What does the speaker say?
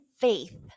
faith